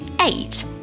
eight